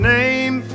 name